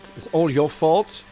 it's all your fault.